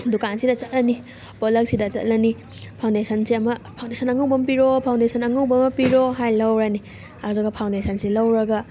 ꯗꯨꯀꯥꯟꯁꯤꯗ ꯆꯠꯂꯅꯤ ꯄꯣꯠꯂꯛꯁꯤꯗ ꯆꯠꯂꯅꯤ ꯐꯥꯎꯟꯗꯦꯁꯟꯁꯦ ꯑꯃ ꯐꯥꯎꯟꯗꯦꯁꯟ ꯑꯉꯧꯕ ꯑꯃ ꯄꯤꯔꯛꯑꯣ ꯐꯥꯎꯟꯗꯦꯁꯟ ꯑꯉꯧꯕ ꯑꯃ ꯄꯤꯔꯛꯑꯣ ꯍꯥꯏꯔ ꯂꯧꯔꯅꯤ ꯑꯗꯨꯒ ꯐꯥꯎꯟꯗꯦꯁꯟꯁꯤ ꯂꯧꯔꯒ